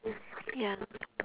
ya